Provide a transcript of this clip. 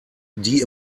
die